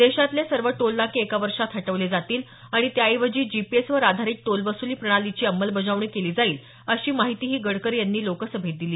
देशातले सर्व टोलनाके एका वर्षात हटवले जातील आणि त्या ऐवजी जीपीएसवर आधारित टोलवसुली प्रणालीची अंमलजबावणी केली जाईल अशी माहितीही गडकरी यांनी लोकसभेत दिली